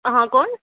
હા કોણ